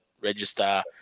register